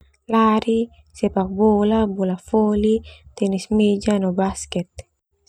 Lari, sepak bola, bola voli, tenis meja, no basket.